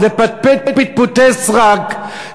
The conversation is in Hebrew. לפטפט פטפוטי סרק,